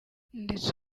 ndetse